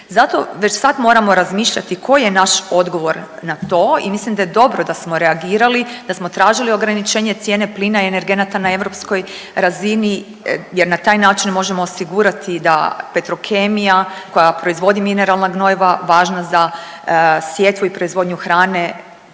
Zato već sad moramo razmišljati koji je naš odgovor na to i mislim da je dobro da smo reagirali, da smo tražili ograničenje cijene plina i energenata na europskoj razini jer na taj način možemo osigurati da Petrokemija koja proizvodi mineralna gnojiva, važna za sjetvu i proizvodnju hrane